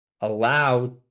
allow